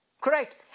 Correct